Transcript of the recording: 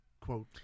quote